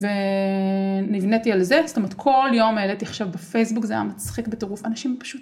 ונבנתי על זה. זאת אומרת כל יום העליתי עכשיו בפייסבוק, זה היה מצחיק בטרוף, אנשים פשוט...